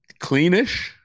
Cleanish